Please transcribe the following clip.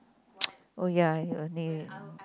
oh ya you will need it